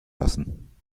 lassen